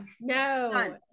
No